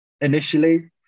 initially